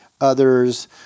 others